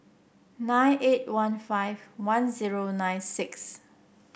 nine eight one five one zero nine six